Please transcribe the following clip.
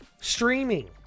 streaming